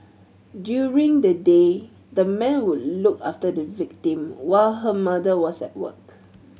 during the day the man would look after the victim while her mother was at work